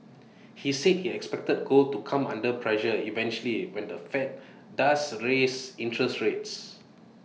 he said he expected gold to come under pressure eventually when the fed does raise interest rates